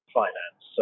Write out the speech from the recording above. finance